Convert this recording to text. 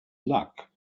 luck